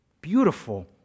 Beautiful